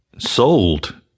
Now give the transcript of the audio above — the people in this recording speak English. Sold